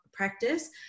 practice